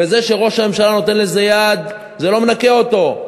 וזה שראש הממשלה נותן לזה יד, זה לא מנקה אותו.